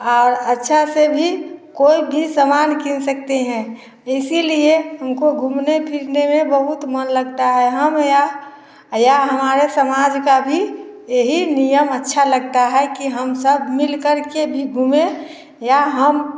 और अच्छा से भी कोई भी समान किन सकते हैं इसीलिए हमको घूमने फिरने में बहुत मन लगता है हम या या हमारे समाज का भी यही नियम अच्छा लगता है कि हम सब मिल करके करके भी घूमे या हम